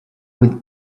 with